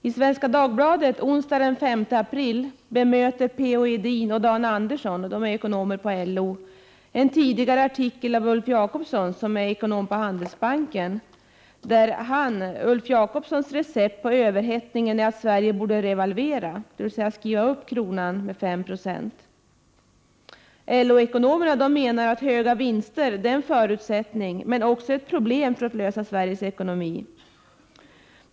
I Svenska Dagbladet onsdagen den 5 april bemöter P O Edin och Dan Andersson — ekonomer på LO -— en tidigare artikel av Ulf Jakobsson, chefsekonom på Handelsbanken. Ulf Jakobssons recept mot överhettningen är att Sverige borde revalvera, dvs. skriva upp kronans värde, med 5 9o. LO-ekonomerna menar att höga vinster är en förutsättning men också ett problem när det gäller att klara Sveriges ekonomi.